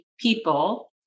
people